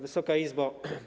Wysoka Izbo!